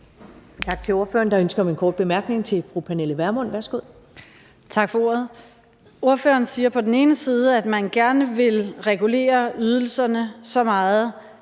Tak til ordføreren. Der er ønske om en kort bemærkning til fru Pernille Vermund. Værsgo. Kl. 14:49 Pernille Vermund (NB): Tak for ordet. Ordføreren siger på den ene side, at man gerne vil regulere ydelserne så meget,